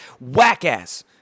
whack-ass